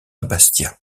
bastia